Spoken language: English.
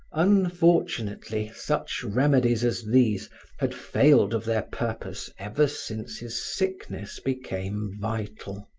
unfortunately, such remedies as these had failed of their purpose ever since his sickness became vital.